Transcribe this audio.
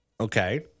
Okay